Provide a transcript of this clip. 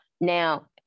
now